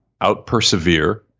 outpersevere